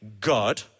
God